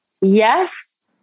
Yes